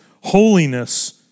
holiness